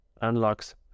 unlocks